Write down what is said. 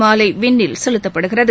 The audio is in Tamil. மாலை விண்ணில் செலுத்தப்படுகிறது